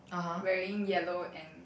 wearing yellow and